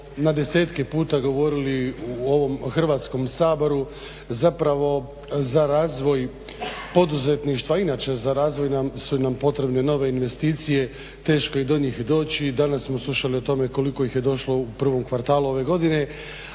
na desetke puta govorili u ovom Hrvatskom saboru. Zapravo za razvoj poduzetništva, inače za razvoj su nam potrebne nove investicije, teško je do njih doći i danas smo slušali o tome koliko ih je došlo u prvom kvartalu ove godine.